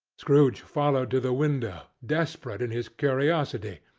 scrooge followed to the window desperate in his curiosity.